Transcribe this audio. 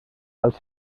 als